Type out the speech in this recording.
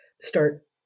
start